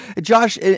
Josh